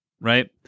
right